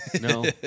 No